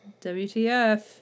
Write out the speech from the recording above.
WTF